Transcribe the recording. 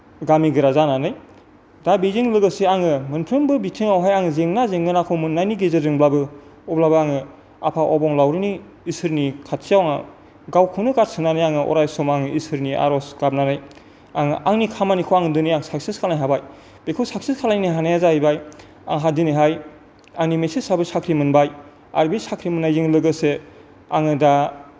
गामि गोरा जानानै दा बेजों लोगोसे आङो मोनफ्रोमबो बिथिङावहाय आङो जेंना जेंगोनाखौ मोननायनि गेजेरजोंब्लाबो अब्लाबो आङो आफा अबंलाउरिनि इसोरनि खाथियाव आङो गावखौनो गारसोमनानै आङो अरायसम आङो इसोरनि आरज गाबनानै आं आंनि खामानिखौ दिनै साक्सेस खालामनो हाबाय बेखौ साक्सेस खालामनो हानाया जाबाय आंहा दिनैहाय आंनि मिसेसाबो साख्रि मोनबाय आरो बे साख्रि मोननायजों लोगोसे आङो दा